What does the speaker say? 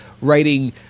writing